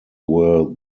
were